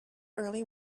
early